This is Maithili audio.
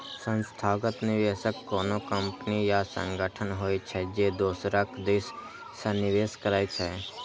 संस्थागत निवेशक कोनो कंपनी या संगठन होइ छै, जे दोसरक दिस सं निवेश करै छै